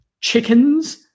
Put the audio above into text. chickens